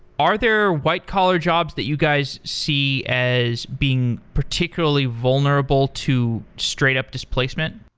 are there white collared jobs that you guys see as being particularly vulnerable to straight up displacement?